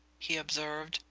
he observed.